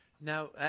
Now